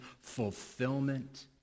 fulfillment